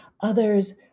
Others